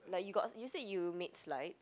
like you got you said you made slides